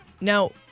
Now